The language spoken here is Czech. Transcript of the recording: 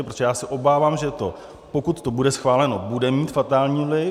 Protože já se obávám, že to, pokud to bude schváleno, bude mít fatální vliv.